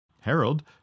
Harold